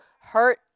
hurt